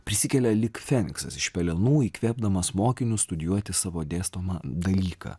prisikelia lyg feniksas iš pelenų įkvėpdamas mokinius studijuoti savo dėstomą dalyką